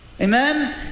Amen